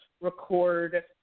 record